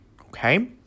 Okay